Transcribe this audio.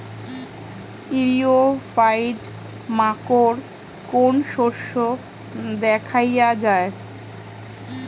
ইরিও ফাইট মাকোর কোন শস্য দেখাইয়া যায়?